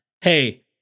Hey